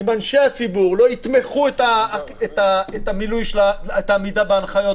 אם אנשי הציבור לא יתמכו את העמידה בהנחיות